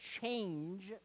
change